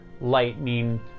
lightning